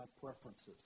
preferences